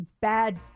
Bad